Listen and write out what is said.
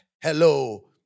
Hello